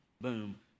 boom